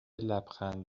لبخند